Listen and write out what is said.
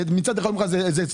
מצד אחד אומרים לך זה אצלנו,